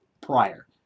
prior